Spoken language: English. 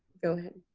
go ahead.